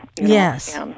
Yes